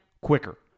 quicker